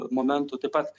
momentų taip pat